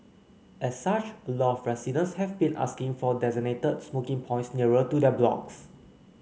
as such a lot of residents have been asking for designated smoking points nearer to their blocks